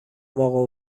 اقا